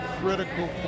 critical